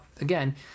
again